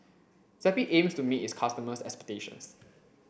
Zappy aims to meet its customers' expectations